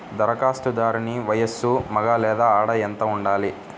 ధరఖాస్తుదారుని వయస్సు మగ లేదా ఆడ ఎంత ఉండాలి?